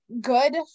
good